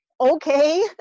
okay